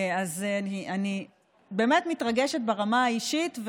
אז אני באמת מתרגשת ברמה האישית.